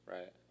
Right